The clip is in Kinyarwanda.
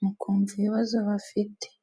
mukumva ibibazo bafite